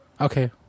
Okay